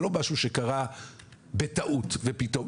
זה לא משהו שקרה בטעות ופתאום.